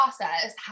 process